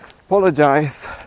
apologize